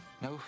No